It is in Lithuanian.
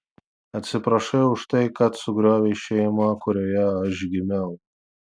atsiprašai už tai kad sugriovei šeimą kurioje aš gimiau